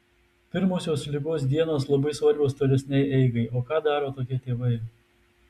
pirmosios ligos dienos labai svarbios tolesnei eigai o ką daro tokie tėvai